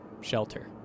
shelter